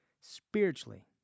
spiritually